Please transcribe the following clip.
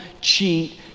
cheat